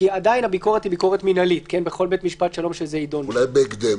מדובר בהליך שדרוש לו סעד מידי.